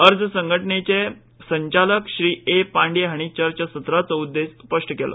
अर्ज संघटणेंचे संचालक ए पांडे हांणी चर्चासत्राचो उद्देश स्पश्ट केलो